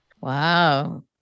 Wow